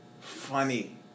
funny